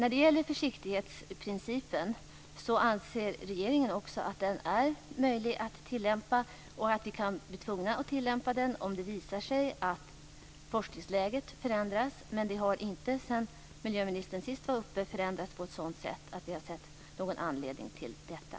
Regeringen anser också att försiktighetsprincipen är möjlig att tillämpa och att vi kan bli tvungna att tillämpa den om det visar sig att forskningsläget förändras, men det har inte sedan miljöministern sist var uppe i debatt här förändrats på ett sådant sätt att vi har sett någon anledning till detta.